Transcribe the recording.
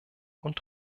und